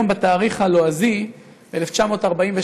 היום בתאריך הלועזי ב-1947,